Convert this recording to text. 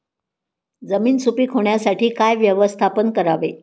जमीन सुपीक होण्यासाठी काय व्यवस्थापन करावे?